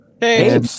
hey